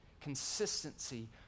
consistency